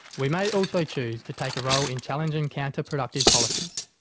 we may also choose to take a role in challenging counterproductive policies.